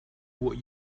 what